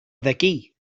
ذكي